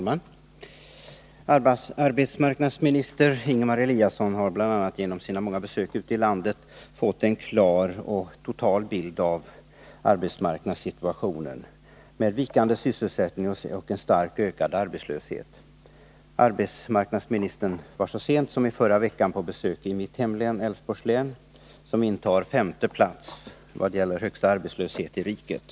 Herr talman! Arbetsmarknadsminister Ingemar Eliasson har bl.a. genom sina många besök ute i landet fått en klar och total bild av arbetsmarknadssituationen med vikande sysselsättning och en starkt ökad arbetslöshet. Arbetsmarknadsministern var så sent som i förra veckan på besök i mitt hemlän, Älvsborgs län, som intar femte platsen vad gäller den högsta arbetslösheten i riket.